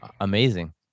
Amazing